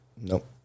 Nope